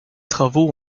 travaux